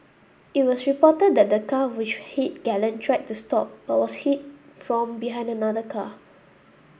it was reported that the car which hit Galen tried to stop but was hit from behind another car